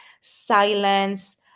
silence